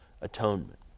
atonement